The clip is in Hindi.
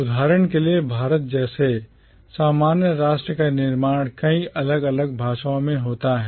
उदाहरण के लिए भारत जैसे सामान्य राष्ट्र का निर्माण कई अलग अलग भाषाओं में होता है